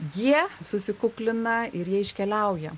jie susikuklina ir jie iškeliauja